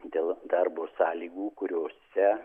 dėl darbo sąlygų kuriose